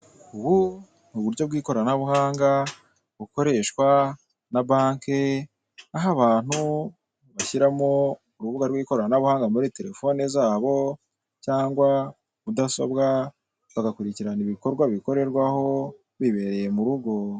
Ubu ni uburyo bw'ikoranabuhanga, bukoreshwa na banki, aho abantu bashyiramo urubuga rw'ikoranabuhanga muri telefoni zabo cyangwa mudasobwa, bagakurikirana ibikorwa bikorerwaho bibereye mu rugo.